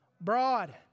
Broad